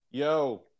yo